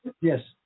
Yes